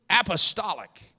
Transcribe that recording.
Apostolic